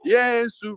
Yes